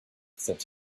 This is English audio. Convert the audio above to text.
said